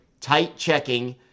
tight-checking